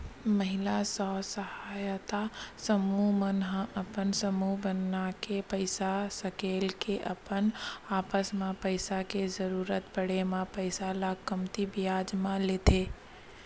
महिला स्व सहायता समूह मन ह अपन समूह बनाके पइसा सकेल के अपन आपस म पइसा के जरुरत पड़े म पइसा ल कमती बियाज म लेथे